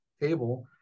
table